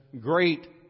Great